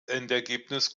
endergebnis